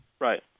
right